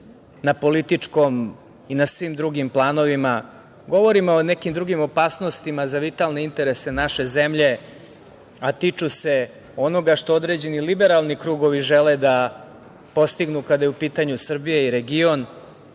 na političkom i na svim drugim planovima. Govorim o nekim drugim opasnostima za vitalne interese naše zemlje, a tiču se onoga što određeni liberalni krugovi žele da postignu kada je u pitanju Srbija i region. Danas